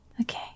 Okay